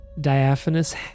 diaphanous